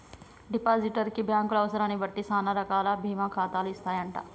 depositor కి బ్యాంకులు అవసరాన్ని బట్టి సానా రకాల బీమా ఖాతాలు ఇస్తాయంట